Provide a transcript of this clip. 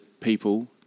people